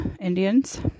Indians